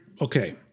okay